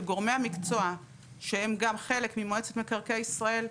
שגורמי המקצוע שהם גם חלק ממועצת מקרקעי ישראל,